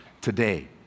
today